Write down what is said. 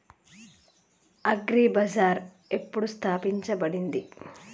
Agri Bazar ఎప్పుడు స్థాపించబడింది?